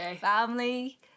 family